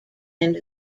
end